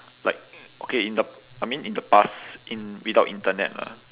like okay in the I mean in the past in without internet lah